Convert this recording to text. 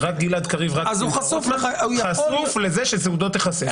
"רק גלעד קריב" --- אז הוא חשוף --- הוא חשוף לזה שזהותו תיחשף.